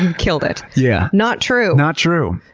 and killed it. yeah not true. not true!